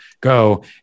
go